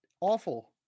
awful